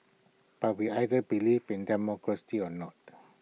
but we either believe in democracy or not